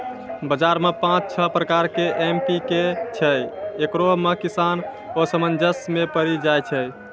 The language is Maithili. बाजार मे पाँच छह प्रकार के एम.पी.के छैय, इकरो मे किसान असमंजस मे पड़ी जाय छैय?